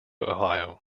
ohio